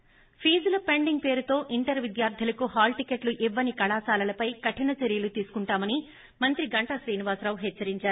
ి ఫీజుల పెండింగ్ పేరుతో ఇంటర్ విద్యార్దులకు హాల్టిక్కెట్లు ఇవ్వని కళాశాలలపై కటిన చర్యలు తీసుకుంటామనీ మంత్రి గంటా శ్రీనివాసరావు హెచ్చరించారు